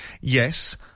Yes